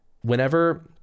Whenever